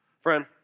Friend